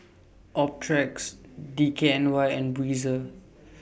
Optrex D K N Y and Breezer